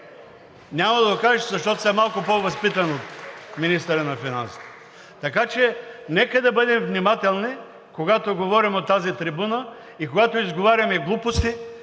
Няма да го кажа, защото съм малко по-възпитан от министъра на финансите. Така че нека да бъдем внимателни, когато говорим от тази трибуна и когато изговаряме глупости,